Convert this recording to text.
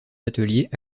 ateliers